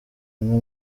inka